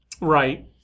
Right